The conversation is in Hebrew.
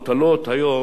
על העורף.